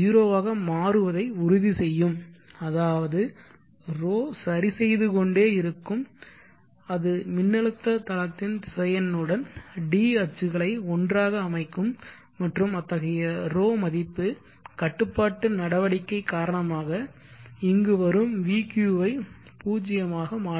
0 ஆக மாறுவதை உறுதி செய்யும் அதாவது ρ சரிசெய்து கொண்டே இருக்கும் அது மின்னழுத்த தளத்தின் திசையனுடன் d அச்சுகளை ஒன்றாக அமைக்கும் மற்றும் அத்தகைய ρ மதிப்பு கட்டுப்பாட்டு நடவடிக்கை காரணமாக இங்கு வரும் vq வை 0 ஆக மாற்றும்